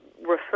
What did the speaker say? refer